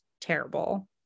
terrible